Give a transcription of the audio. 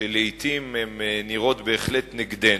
שלעתים הן נראות בהחלט נגדנו,